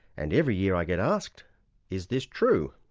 and every year i get asked is this true?